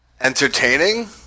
entertaining